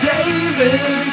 David